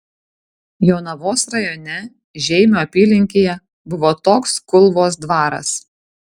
jonavos rajone žeimio apylinkėje buvo toks kulvos dvaras